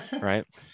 right